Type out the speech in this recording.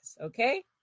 okay